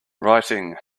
writing